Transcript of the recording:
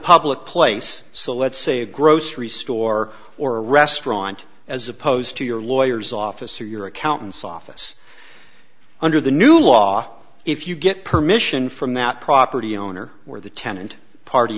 public place so let's say a grocery store or a restaurant as opposed to your lawyers office or your accountants office under the new law if you get permission from that property owner or the tenant party